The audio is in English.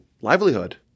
livelihood